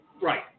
Right